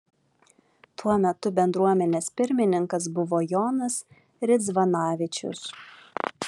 tuo metu bendruomenės pirmininkas buvo jonas ridzvanavičius